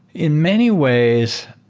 in many ways,